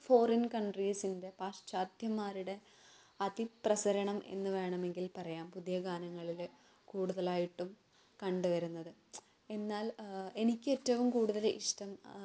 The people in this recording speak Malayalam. ഫോറിൻ കണ്ട്രീസിൻ്റെ പാശ്ചാത്യന്മാരുടെ അതി പ്രസരണം എന്ന് വേണമെങ്കിൽ പറയാം പുതിയ ഗാനങ്ങളിൽ കൂടുതലായിട്ടും കണ്ട് വരുന്നത് എന്നാൽ എനിക്ക് ഏറ്റവും കൂടുതൽ ഇഷ്ടം